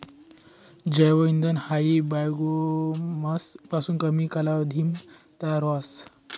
जैव इंधन हायी बायोमास पासून कमी कालावधीमा तयार व्हस